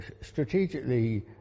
Strategically